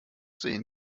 sehen